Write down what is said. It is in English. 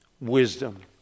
Wisdom